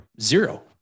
Zero